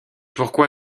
pourquoi